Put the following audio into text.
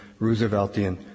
Rooseveltian